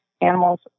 animals